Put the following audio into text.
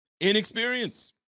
Inexperience